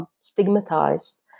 stigmatized